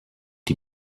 die